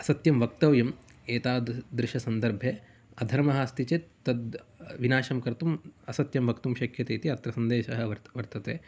असत्यं वक्तव्यम् एतादृशसन्दर्भे अधर्मः अस्ति चेत् तद् विनाशं कर्तुं असत्यं वक्तुं शक्यते इति अत्र सन्देशः वर् वर्तते